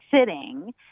sitting